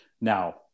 now